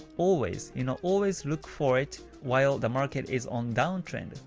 always you know always look for it while the market is on down trend,